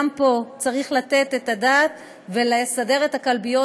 גם פה צריך לתת את הדעת ולסדר את הכלביות,